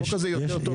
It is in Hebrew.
החוק הזה יותר טוב במה,